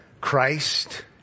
Christ